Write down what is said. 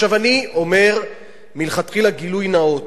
אני אומר מלכתחילה גילוי נאות: